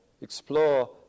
explore